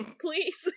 please